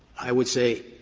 i would say,